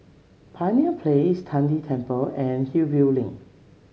Pioneer Place Tian De Temple and Hillview Link